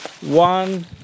One